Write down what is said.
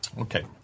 okay